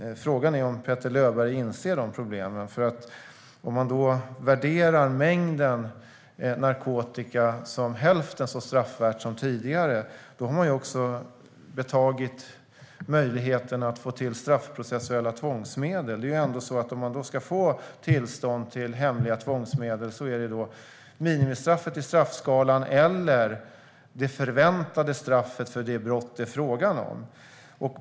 Frågan är om Petter Löberg inser problemen. Om mängden narkotika värderas som hälften så straffvärt som tidigare har man också tagit bort möjligheten att få till straffprocessuella tvångsmedel. Om man ska få tillstånd till hemliga tvångsmedel blir det då minimistraffet i straffskalan eller det förväntade straffet för det brott det är fråga om.